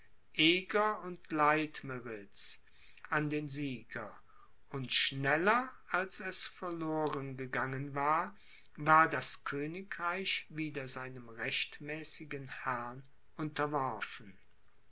eger und leitmeritz an den sieger und schneller als es verloren gegangen war war das königreich wieder seinem rechtmäßigen herrn unterworfen